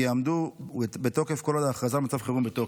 יעמדו בתוקף כל עוד ההכרזה על מצב חירום בתוקף.